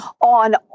on